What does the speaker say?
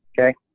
Okay